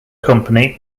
company